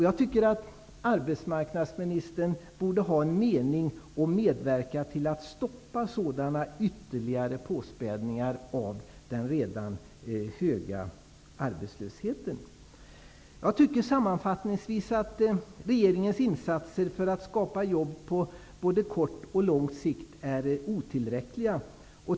Jag tycker att arbetsmarknadsministern borde ha en mening och medverka till att stoppa sådana ytterligare påspädningar av den redan höga arbetslösheten. Jag tycker sammanfattningsvis att regeringens insatser för att skapa jobb på både kort och lång sikt är otillräckliga.